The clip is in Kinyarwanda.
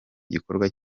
gikorwa